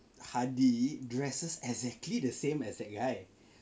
Hadi dresses exactly the same as that guy